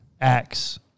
Acts